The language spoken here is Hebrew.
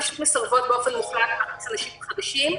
פשוט מסרבות באופן מוחלט להכניס אנשים חדשים.